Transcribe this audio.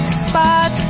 spot